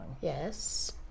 Yes